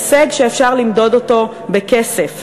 הישג שאפשר למדוד אותו בכסף.